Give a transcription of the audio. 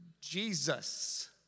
Jesus